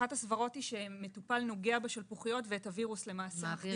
אחת הסברות היא שמטופל נוגע בשלפוחיות ומחדיר את הווירוס לעין.